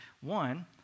one